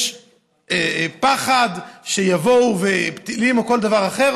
יש פחד שיבואו טילים או כל דבר אחר,